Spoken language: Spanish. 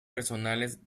personales